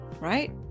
right